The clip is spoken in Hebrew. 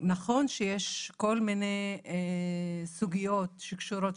נכון שיש כל מיני סוגיות שקשורות,